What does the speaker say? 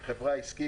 היא חברה עסקית,